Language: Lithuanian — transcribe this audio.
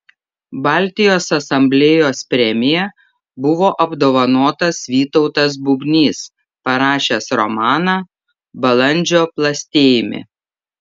baltijos asamblėjos premija buvo apdovanotas vytautas bubnys parašęs romaną balandžio plastėjime